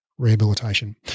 rehabilitation